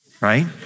right